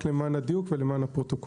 רק למען הדיוק והפרוטוקול.